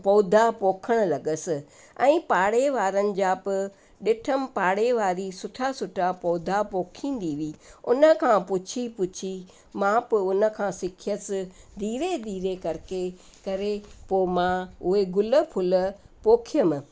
पौधा पोखणु लॻियसि ऐं पाड़े वारनि जा बि ॾिठमि पाड़े वारी सुठा सुठा पौधा पोखंदी हुई उन खां पुछी पुछी मां पोइ उन खां सिखियसि धीरे धीरे करके करे पोइ मां उहे ग़ुल फुल पौखियमि